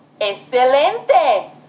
Excelente